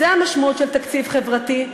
זו המשמעות של תקציב חברתי,